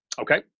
okay